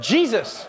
Jesus